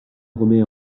remet